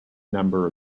number